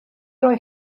roi